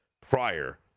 prior